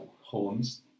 horns